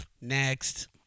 Next